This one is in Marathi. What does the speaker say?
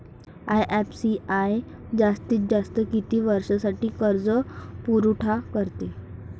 आय.एफ.सी.आय जास्तीत जास्त किती वर्षासाठी कर्जपुरवठा करते?